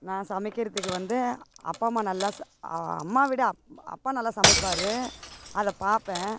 நான் சமைக்கிறதுக்கு வந்து அப்பா அம்மா நல்லா ச அம்மாவை விட அப் அப்பா நல்லா சமைப்பார் அதை பார்ப்பேன்